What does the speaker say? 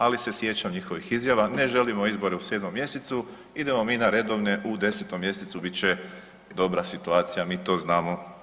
Ali se sjećam njihovih izjava ne želimo izbore u 7. mjesecu idemo mi na redovne u 10. mjesecu bit će dobra situacija mi to znamo.